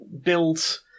build